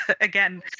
again